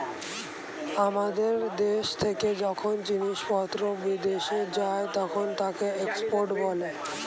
আমাদের দেশ থেকে যখন জিনিসপত্র বিদেশে যায় তখন তাকে এক্সপোর্ট বলে